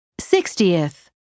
Sixtieth